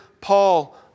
Paul